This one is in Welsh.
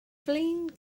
flin